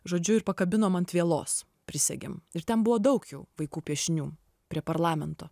žodžiu ir pakabinom ant vielos prisegėm ir ten buvo daug jau vaikų piešinių prie parlamento